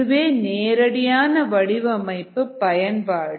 இதுவே நேரடியான வடிவமைப்பு பயன்பாடு